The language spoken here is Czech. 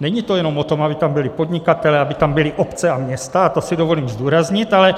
Není to jenom o tom, aby tam byli podnikatelé, aby tam byly obce a města, to si dovolím zdůraznit, ale